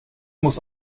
muss